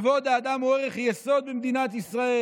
כבוד האדם הוא ערך יסוד במדינת ישראל.